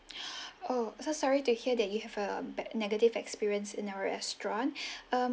oh so sorry to hear that you have a bad negative experience in our restaurant um